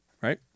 right